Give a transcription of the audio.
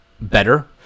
better